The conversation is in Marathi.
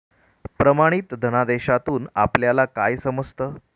प्रमाणित धनादेशातून आपल्याला काय समजतं?